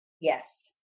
Yes